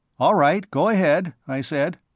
all right, go ahead, i said.